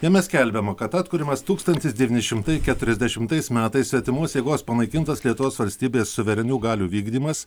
jame skelbiama kad atkūrimas tūkstantis devyni šimtai keturiasdešimtais metais svetimos jėgos panaikintas lietuvos valstybės suverenių galių vykdymas